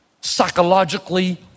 psychologically